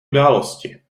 události